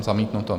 Zamítnuto.